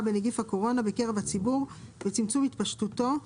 בנגיף הקורונה בקרב הציבור וצמצום התפשטותו,